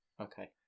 Okay